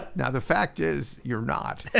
now the fact is, you're not.